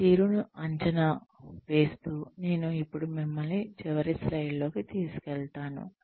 పనితీరును అంచనా వేస్తూ నేను ఇప్పుడు మిమ్మల్ని చివరి స్లైడ్లోకి తీసుకువెళతాను